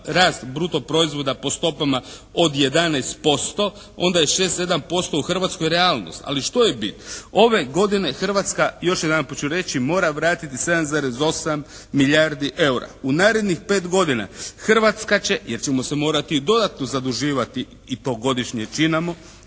rast bruto proizvoda po stopama od 11%, onda je 6%, 7% u Hrvatskoj realnost. Ali što je bit? Ove godine Hrvatska još jedanput ću reći mora vratiti 7,8 milijardi eura. U narednih pet godina Hrvatska će, jer ćemo se morati i dodatno zaduživati i to godišnje i činimo,